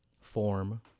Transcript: form